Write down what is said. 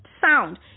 sound